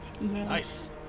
Nice